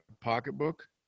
pocketbook